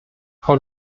frau